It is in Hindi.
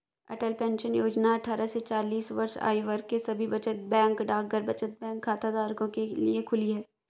अटल पेंशन योजना अट्ठारह से चालीस वर्ष आयु वर्ग के सभी बचत बैंक डाकघर बचत बैंक खाताधारकों के लिए खुली है